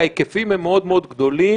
ההיקפים הם מאוד מאוד גדולים.